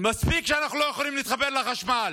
מספיק שאנחנו לא יכולים להתחבר לחשמל,